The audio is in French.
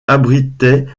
abritait